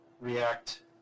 react